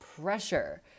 pressure